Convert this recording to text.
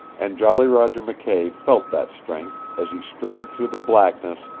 and jolly roger mckay felt that strength as he strode through the blackness,